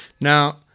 Now